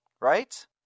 right